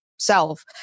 self